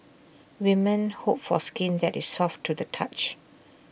women hope for skin that is soft to the touch